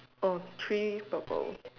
oh three purple